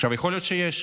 עכשיו, יכול להיות שיש,